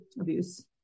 abuse